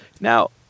Now